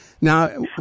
Now